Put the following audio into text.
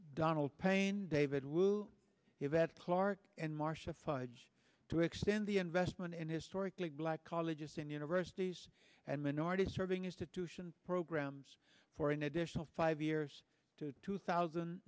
donald payne david wu yvette clarke and marcia fudge to extend the investment in historically black colleges and universities and minority serving institutions programs for an additional five years to two thousand